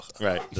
Right